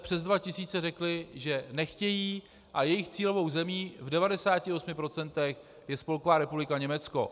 Přes dva tisíce řekly, že nechtějí a jejich cílovou zemí v 98 % je Spolková republika Německo.